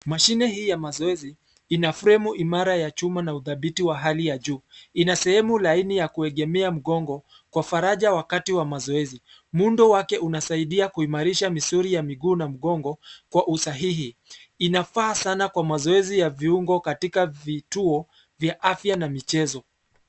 Mashine hii ya mazoezi ina fremu imaara ya chuma na udhabiti wa hali ya juu. Ina sehemu laini ya kuegemea mgongo kwa faraja wakati wa mazoezi. Muundo wake unasaidia kuimarisha misuli ya miguu na mgongo kwa usahihi. Inafaa sana kwa mazoezi ya viungo katika vituo vya afya na michezo.